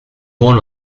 worn